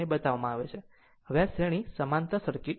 આમ હવે શ્રેણી સમાંતર સર્કિટ છે